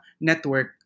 network